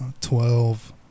Twelve